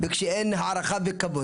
וכשאין הערכה וכבוד,